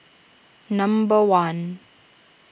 number one